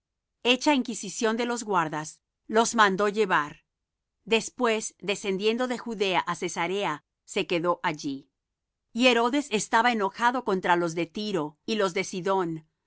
hecha inquisición de los guardas los mandó llevar después descendiendo de judea á cesarea se quedó allí y herodes estaba enojado contra los de tiro y los de sidón